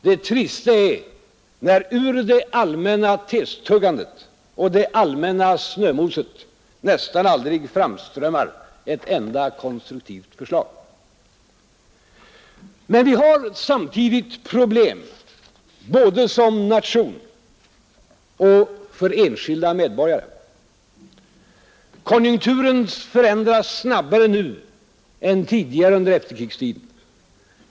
Det trista är när ur det allmänna testuggandet och det allmänna snömoset nästan aldrig framströmmar ett enda konstruktivt förslag. Men vi har samtidigt problem både som nation och för enskilda medborgare. Konjunkturen förändras snabbare nu än tidigare under efterkrigstiden.